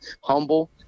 humble